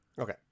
okay